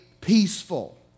peaceful